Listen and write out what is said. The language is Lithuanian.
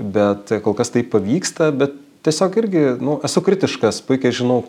bet kol kas tai pavyksta be tiesiog irgi nu esu kritiškas puikiai žinau